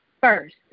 first